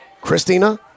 Christina